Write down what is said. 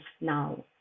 now